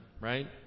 right